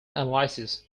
analysis